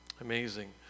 Amazing